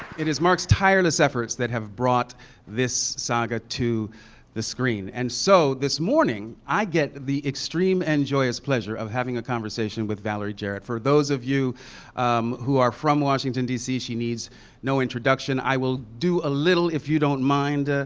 it is mark's tireless efforts that have brought this saga to the screen. and so, this morning, i get the extreme and joyous pleasure of having a conversation with valerie jarrett. for those of you who are from washington, d c, she needs no introduction. i will do a little, if you don't mind, ah